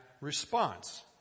response